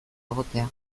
egotea